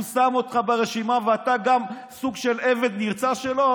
הוא שם אותך ברשימה, ואתה גם סוג של עבד נרצע שלו.